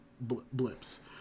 blips